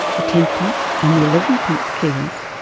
the ten pence and the eleven pence keys,